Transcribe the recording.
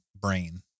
brain